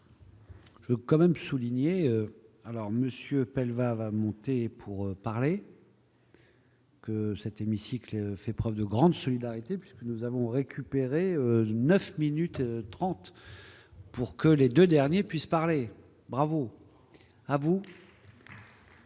Merci. Quand même souligner alors monsieur PELE va va monter pour parler. Que cet hémicycle fait preuve de grande solidarité puisque nous avons récupéré 9 minutes 30 pour que les 2 derniers puisse parler, bravo à vous.